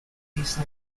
these